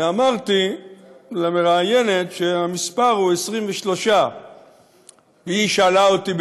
ואמרתי למראיינת שהמספר הוא 23. היא שאלה אותי,